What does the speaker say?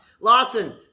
Lawson